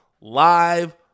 live